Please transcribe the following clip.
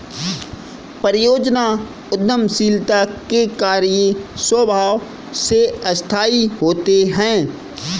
परियोजना उद्यमशीलता के कार्य स्वभाव से अस्थायी होते हैं